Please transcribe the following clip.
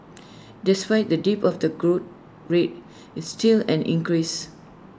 despite the dip of the growth rate is still an increase